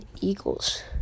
Eagles